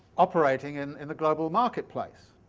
operating in in the global marketplace.